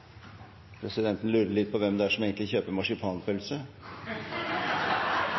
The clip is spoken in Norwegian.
Presidenten lurer litt på hvem det egentlig er som kjøper